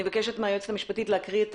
אני מבקשת מהיועצת המשפטית להקריא את